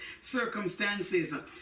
circumstances